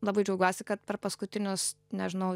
labai džiaugiuosi kad per paskutinius nežinau